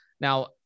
Now